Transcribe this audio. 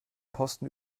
posten